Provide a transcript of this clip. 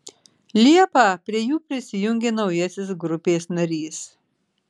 liepą prie jų prisijungė naujasis grupės narys